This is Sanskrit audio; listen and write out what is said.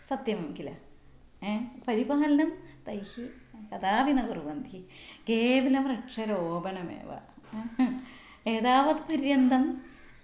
सत्यं किल परिपालनं तैः कदापि न कुर्वन्ति केवलं वृक्षारोपणमेव एतावत् पर्यन्तं